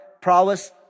prowess